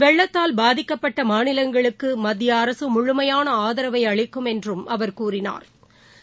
வெள்ளத்தால் பாதிக்கப்பட்டமாநிலங்களுக்குமத்தியஅரசுமுமுமையானஆதரவைஅளிக்கும் என்றும் அவா் கூறினாா்